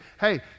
hey